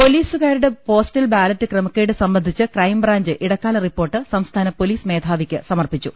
പൊലീസുകാരുടെ postal ballot ക്രമക്കേട് സംബന്ധിച്ച് ക്രൈംബ്രാഞ്ച് ഇടക്കാല റിപ്പോർട്ട് സംസ്ഥാന പൊലീസ് മേധാ വിക്ക് സമർപ്പിച്ചു